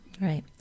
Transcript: right